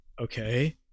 okay